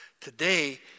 Today